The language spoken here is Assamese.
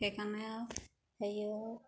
সেইকাৰণে আৰু হেৰিয়ৰ